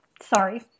Sorry